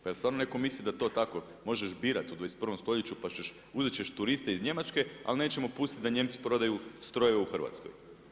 Pa zar stvarno netko misli da to tako možeš birat u 21. stoljeću pa ćeš, uzet ćeš turiste iz Njemačke, ali nećemo pustiti da Nijemci prodaju strojeve u Hrvatskoj?